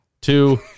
two